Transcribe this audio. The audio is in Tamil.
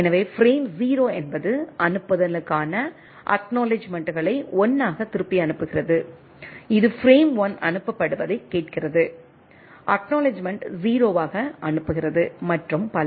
எனவே பிரேம் 0 என்பது அனுப்புதலுக்கான அக்நாலெட்ஜ்மெண்ட்களை 1 ஆக திருப்பி அனுப்புகிறது இது பிரேம் 1 அனுப்பப்படுவதைக் கேட்கிறது அக்நாலெட்ஜ்மெண்ட் 0 ஆக அனுப்புகிறது மற்றும் பல